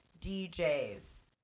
DJs